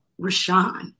Rashawn